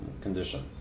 conditions